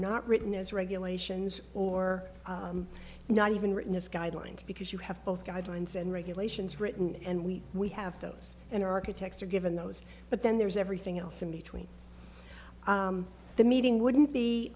not written as regulations or not even written as guidelines because you have both guidelines and regulations written and we we have those and architects are given those but then there's everything else in between the meeting wouldn't be